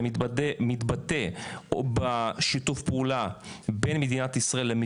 זה מתבטא בשיתוף הפעולה בין מדינת ישראל לבין